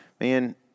man